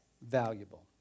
valuable